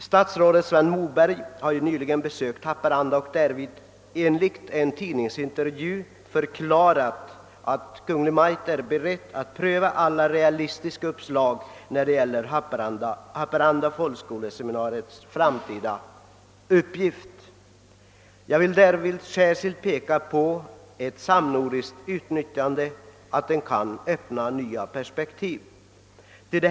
Statsrådet Sven Moberg besökte nyligen Haparanda, och enligt uppgifter i en tidningsintervju förklarade han vid det tillfället att Kungl Maj:t är beredd att pröva alla realistiska uppslag när det gäller Haparandaseminariets framtida uppgifter. I det sammanhanget vill jag särskilt peka på att ett samnordiskt utnyttjande skulle öppna nya perspektiv.